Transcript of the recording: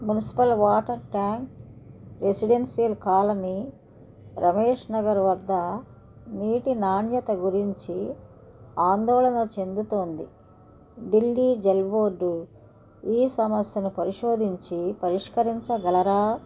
municipal water tank residential colony Ramesh Nagar వద్ద నీటి నాణ్యత గురించి ఆందోళన చెందుతోంది ఢిల్లీ జల్ బోర్డు ఈ సమస్యను పరిశోధించి పరిష్కరించగలరా